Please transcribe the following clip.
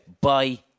Bye